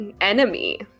enemy